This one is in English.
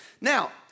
Now